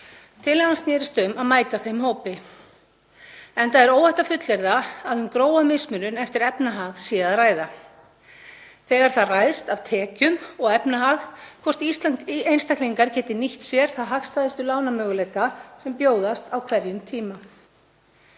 Tillagan snerist um að mæta þeim hópi, enda er óhætt að fullyrða að um grófa mismunun eftir efnahag sé að ræða þegar það ræðst af tekjum og efnahag hvort einstaklingar geti nýtt sér þá hagstæðustu lánamöguleika sem bjóðast á hverjum tíma.